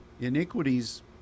iniquities